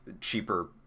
cheaper